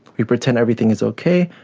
we pretend everything is okay,